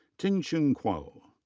ting-chun kuo.